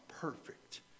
perfect